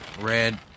Red